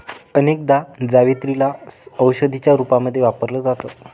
अनेकदा जावेत्री ला औषधीच्या रूपामध्ये वापरल जात